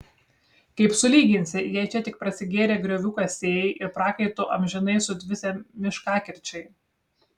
kaip sulyginsi jei čia tik prasigėrę griovių kasėjai ir prakaitu amžinai sudvisę miškakirčiai